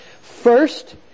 First